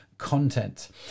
content